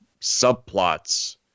subplots